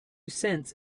cents